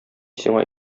сиңа